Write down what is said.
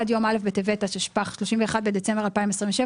עד יום א' בטבת התשפ"ח (31 בדצמבר 2027),